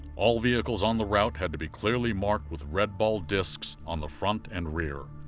all vehicles on the route had to be clearly marked with red ball discs on the front and rear.